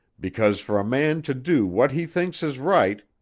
because for a man to do what he thinks is right,